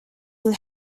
will